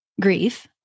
grief